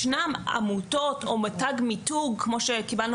יש עמותות או מתג מיתוג כמו שקיבלנו